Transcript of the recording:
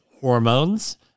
hormones